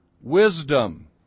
wisdom